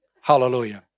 Hallelujah